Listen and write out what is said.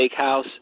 Steakhouse